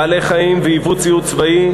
בעלי-חיים וייבוא ציוד צבאי,